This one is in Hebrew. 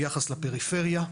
ביחס לפריפריה,